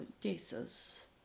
Jesus